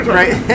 right